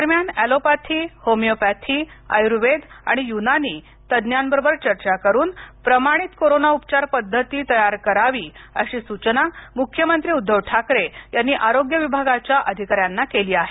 दरम्यान allopathy homoeopathy Ayurveda आणि युनानी तज्ञांबरोबर चर्चा करून प्रमाणित कोरोना उपचार पद्धत तयार करावी अशी सूचना मुख्यमंत्री उद्धव ठाकरे यांनी आरोग्य विभागाच्या अधिकाऱ्यांना केली आहे